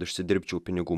užsidirbčiau pinigų